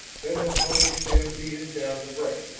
then the pony stampeded down the break,